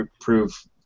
prove